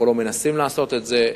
אנחנו לא מנסים לעשות את זה,